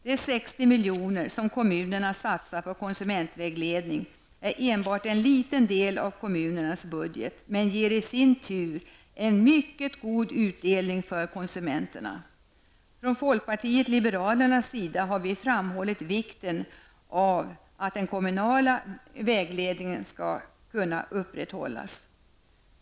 De 50 milj.kr. som kommunerna satsar på konsumentvägledning är enbart en liten del av kommunernas budget men ger i sin tur en god utdelning för konsumenterna. Från folkpartiet liberalernas sida har vi framhållit vikten av att den kommunala vägledningen kan upprätthållas.